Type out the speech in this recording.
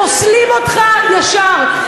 פוסלים אותך ישר.